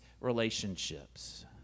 relationships